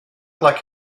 like